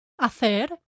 Hacer